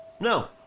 No